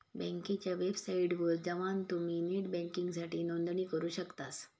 बँकेच्या वेबसाइटवर जवान तुम्ही नेट बँकिंगसाठी नोंदणी करू शकतास